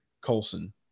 colson